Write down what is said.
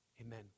Amen